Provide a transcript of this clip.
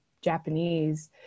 Japanese